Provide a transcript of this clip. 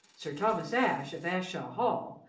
sir thomas asshe of asshawe hall,